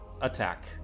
attack